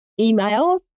emails